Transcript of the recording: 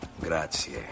Grazie